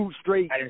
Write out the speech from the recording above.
Straight